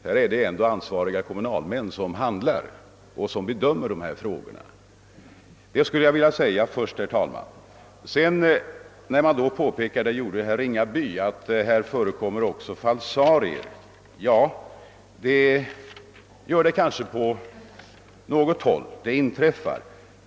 Här är det ändå ansvariga kommunalmän som handhar och bedömer dessa frågor. Vidare skulle jag vilja säga med anledning av att herr Ringaby påpekade att här också förekommer falsarier att det kanske gör det på något håll.